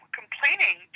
complaining